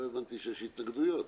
לא הבנתי שיש התנגדויות.